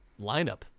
lineup